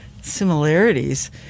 similarities